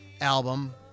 album